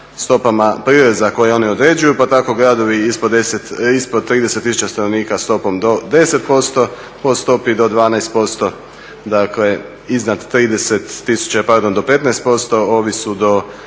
stopama prireza koje one određuju, pa tako gradovi ispod 30 000 stanovnika stopom do 10%. Po stopi do 12%, dakle iznad 30 000 pardon do 15%. Ovi su do